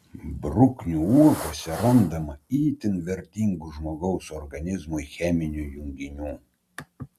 bruknių uogose randama itin vertingų žmogaus organizmui cheminių junginių